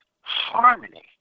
harmony